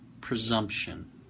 Presumption